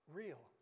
real